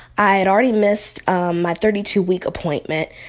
i had already missed my thirty two week appointment,